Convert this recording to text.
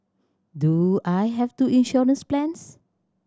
do I have two insurance plans